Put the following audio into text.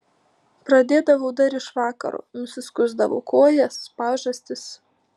pradėdavau dar iš vakaro nusiskusdavau kojas pažastis